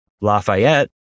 Lafayette